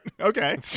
Okay